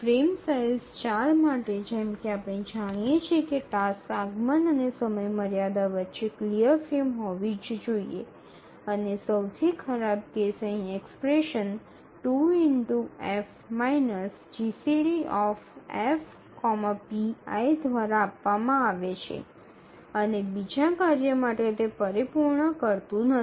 frame size ૪ માટે જેમ કે આપણે જાણીએ છીએ કે ટાસ્ક આગમન અને સમયમર્યાદા વચ્ચે ક્લિયર ફ્રેમ હોવી જ જોઇએ અને સૌથી ખરાબ કેસ અહીં expression ૨ F GCD F pi દ્વારા આપવામાં આવે છે અને બીજા કાર્ય માટે તે પરિપૂર્ણ કરતું નથી